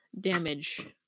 damage